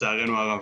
לצערנו הרב.